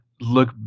look